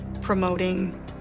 promoting